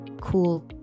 cool